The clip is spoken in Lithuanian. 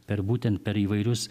per būtent per įvairius